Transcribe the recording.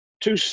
Two